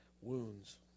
wounds